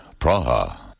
Praha